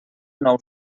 nou